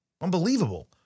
Unbelievable